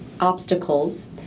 obstacles